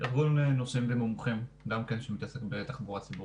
ארגון נוסעים ומומחים שמתעסק בתחבורה ציבורית.